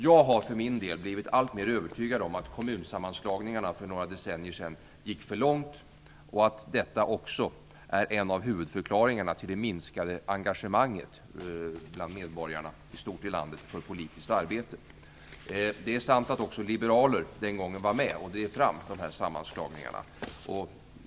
Jag har för min del blivit alltmer övertygad om att kommunsammanslagningarna för några decennier sedan gick för långt och att detta också är en av huvudförklaringarna till det minskade engagemanget bland landets medborgare i stort för politiskt arbete. Det är sant att också liberaler den gången var med och drev fram de här sammanslagningarna.